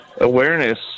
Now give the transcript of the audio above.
awareness